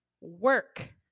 work